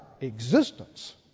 existence